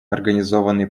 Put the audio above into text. организованной